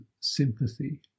sympathy